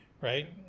right